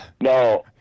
no